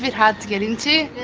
bit hard to get into,